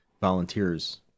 volunteers